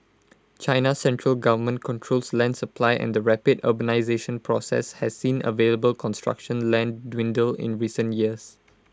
China's central government controls land supply and rapid urbanisation process has seen available construction land dwindle in recent years